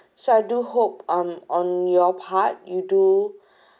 so I do hope um on your part you do